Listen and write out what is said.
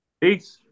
Peace